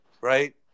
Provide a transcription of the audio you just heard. right